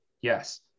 Yes